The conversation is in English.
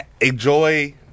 enjoy